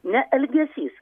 ne elgesys